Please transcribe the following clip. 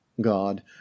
God